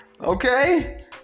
Okay